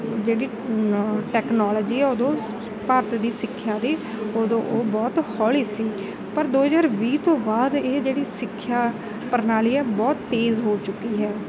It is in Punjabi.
ਜਿਹੜੀ ਟੈਕਨੋਲੋਜੀ ਹੈ ਉਦੋਂ ਭਾਰਤ ਦੀ ਸਿੱਖਿਆ ਦੀ ਉਦੋਂ ਉਹ ਬਹੁਤ ਹੌਲੀ ਸੀ ਪਰ ਦੋ ਹਜ਼ਾਰ ਵੀਹ ਤੋਂ ਬਾਅਦ ਇਹ ਜਿਹੜੀ ਸਿੱਖਿਆ ਪ੍ਰਣਾਲੀ ਹੈ ਬਹੁਤ ਤੇਜ਼ ਹੋ ਚੁੱਕੀ ਹੈ